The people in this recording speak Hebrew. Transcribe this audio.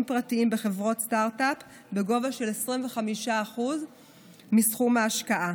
פרטיים בסטרטאפ בגובה של 25% מסכום ההשקעה.